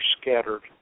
scattered